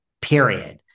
period